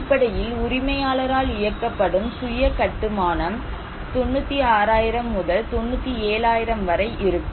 அடிப்படையில் உரிமையாளரால் இயக்கப்படும் சுய கட்டுமானம் 96000 முதல் 97000 வரை இருக்கும்